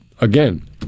Again